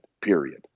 period